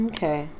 Okay